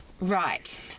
Right